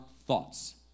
thoughts